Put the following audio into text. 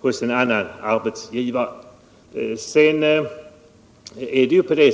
hos en annan arbetsgivare.